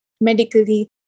medically